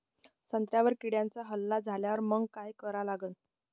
संत्र्यावर किड्यांचा हल्ला झाल्यावर मंग काय करा लागन?